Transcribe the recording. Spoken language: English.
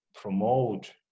promote